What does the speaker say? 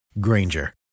Granger